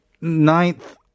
ninth